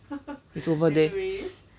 is over there